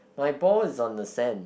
my ball is on the sand